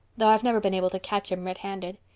though i've never been able to catch him red-handed.